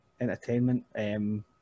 Entertainment